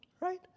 Right